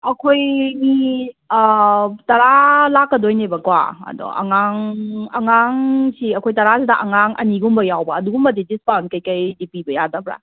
ꯑꯩꯈꯣꯏ ꯃꯤ ꯇꯔꯥ ꯂꯥꯛꯀꯗꯣꯏꯅꯦꯕꯀꯣ ꯑꯗꯣ ꯑꯉꯥꯡ ꯑꯉꯥꯡꯁꯤ ꯑꯩꯈꯣꯏ ꯇꯔꯥꯁꯤꯗ ꯑꯉꯥꯡ ꯑꯅꯤꯒꯨꯝꯕ ꯌꯥꯎꯕ ꯑꯗꯨꯒꯨꯝꯕꯗꯤ ꯗꯤꯁꯀꯥꯎꯟ ꯀꯩꯀꯩꯗꯤ ꯄꯤꯕ ꯌꯥꯗꯕ꯭ꯔꯥ